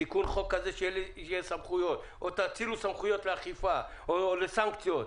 תיקון חוק שיהיו לי סמכויות או לבקש להאציל סמכויות לאכיפה או לסנקציות.